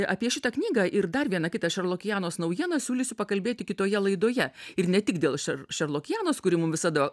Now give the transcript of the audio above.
apie šitą knygą ir dar vieną kitą šerlokijanos naujieną siūlysiu pakalbėti kitoje laidoje ir ne tik dėl šer šerlokijanos kuri mum visada